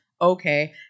Okay